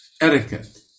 etiquette